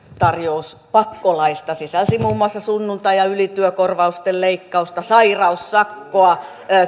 tarjous pakkolaeista sisälsi muun muassa sunnuntai ja ylityökorvausten leikkausta sairaussakkoa